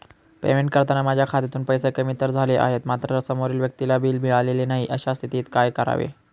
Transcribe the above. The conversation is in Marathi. पेमेंट करताना माझ्या खात्यातून पैसे कमी तर झाले आहेत मात्र समोरील व्यक्तीला बिल मिळालेले नाही, अशा स्थितीत काय करावे?